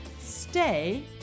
stay